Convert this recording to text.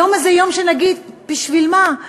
היום הזה יהיה יום שנגיד: בשביל מה?